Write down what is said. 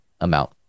amount